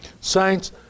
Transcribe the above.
Saints